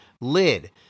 lid